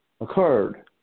occurred